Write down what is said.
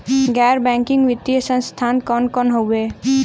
गैर बैकिंग वित्तीय संस्थान कौन कौन हउवे?